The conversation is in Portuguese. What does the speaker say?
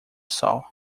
sol